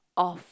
of